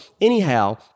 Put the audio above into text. anyhow